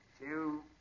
two